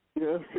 Yes